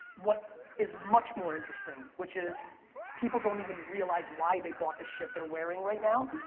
what is much more interesting, which is people don't even realize why they bought the shit they're wearing right now,